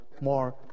more